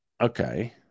Okay